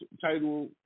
title